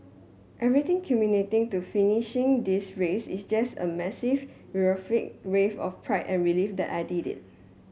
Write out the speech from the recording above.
everything culminating to finishing this race is just a massive euphoric wave of pride and relief that I did it